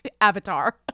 Avatar